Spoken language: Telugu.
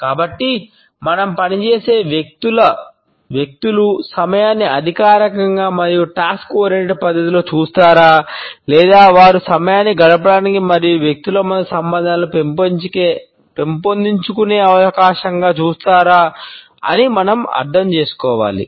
కాబట్టి మనం పనిచేసే వ్యక్తులు సమయాన్ని అధికారిక మరియు టాస్క్ ఓరియెంటెడ్ పద్ధతిలో చూస్తారా లేదా వారు సమయాన్ని గడపడానికి మరియు వ్యక్తుల మధ్య సంబంధాలను పెంపొందించుకునే అవకాశంగా చూస్తారా అని మనం అర్థం చేసుకోవాలి